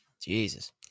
jesus